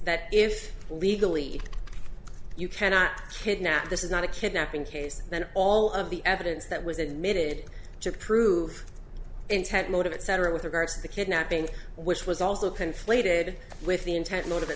that if legally you cannot kidnap this is not a kidnapping case then all of the evidence that was admitted to prove intent motive at several with regards to the kidnapping which was also conflated with the intent motiv